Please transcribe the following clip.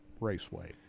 Raceway